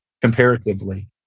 comparatively